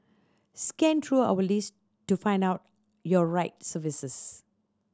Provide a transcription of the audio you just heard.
scan through our list to find out your right services